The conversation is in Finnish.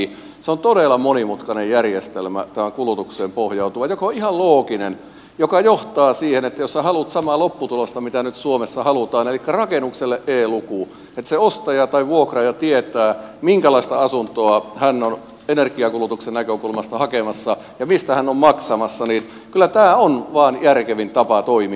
se on todella monimutkainen järjestelmä tähän kulutukseen pohjautuva joka on ihan looginen mikä johtaa siihen että jos sinä haluat samaa lopputulosta mitä nyt suomessa halutaan elikkä rakennukselle e luku että se ostaja tai vuokraaja tietää minkälaista asuntoa hän on energiankulutuksen näkökulmasta hakemassa ja mistä hän on maksamassa niin kyllä tämä hallituksen esityksessä valittu järjestelmä on vaan järkevin tapa toimia